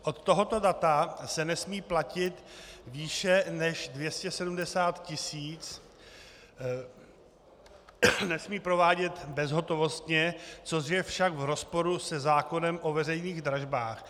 Od tohoto data se nesmí platit výše než 270 tisíc, nesmí provádět bezhotovostně, což je však v rozporu se zákonem o veřejných dražbách.